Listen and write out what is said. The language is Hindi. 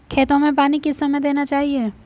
खेतों में पानी किस समय देना चाहिए?